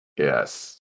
Yes